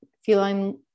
feline